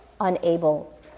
unable